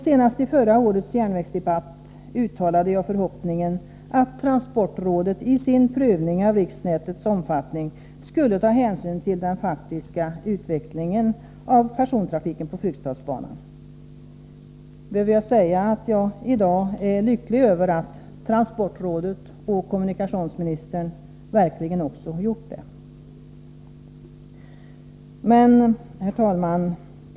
Senast i förra årets järnvägsdebatt uttalade jag förhoppningen att transportrådet i sin prövning av riksnätets omfattning skulle ta hänsyn till den faktiska utvecklingen av persontrafiken på Fryksdalsbanan. Behöver jag säga att jag i dag är lycklig över att transportrådet och kommunikationsministern verkligen också har tagit denna hänsyn? Men herr talman!